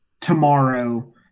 tomorrow